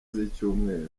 z’icyumweru